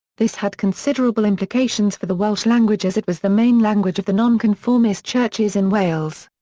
this had considerable implications for the welsh language as it was the main language of the nonconformist churches in wales.